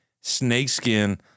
snakeskin